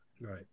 right